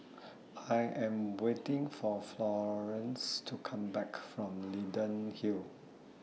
I Am waiting For Florance to Come Back from Leyden Hill